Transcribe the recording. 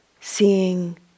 seeing